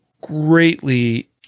greatly